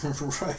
Right